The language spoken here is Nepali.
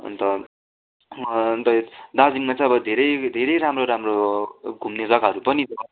अन्त दार्जिलिङमा चाहिँ अब धेरै धेरै राम्रो राम्रो घुम्ने जग्गाहरू पनि छ